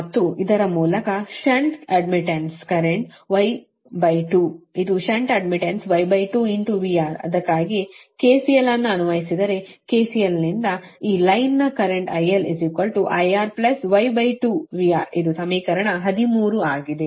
ಮತ್ತು ಇದರ ಮೂಲಕ ಷಂಟ್ ಅಡ್ಮಿಟ್ಟನ್ಸ್ ಕರೆಂಟ್ Y2 ಇದು ಷಂಟ್ ಅಡ್ಮಿಟ್ಟನ್ಸ್ Y2 VR ಅದಕ್ಕಾಗಿಯೇ KCL ಅನ್ನು ಅನ್ವಯಿಸಿದರೆ KCL ನಿಂದ ಈ ಸಾಲಿನ current IL IR Y2 VR ಇದು ಸಮೀಕರಣ 13 ಆಗಿದೆ